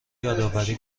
یادآوری